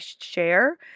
share